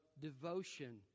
devotion